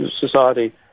society